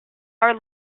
are